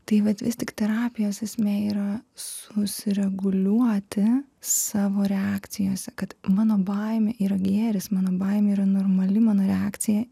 taip vat vis tik terapijos esmė yra susireguliuoti savo reakcijas kad mano baimė yra gėris mano baimė yra normali mano reakcija